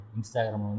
Instagram